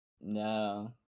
No